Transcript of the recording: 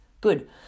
Good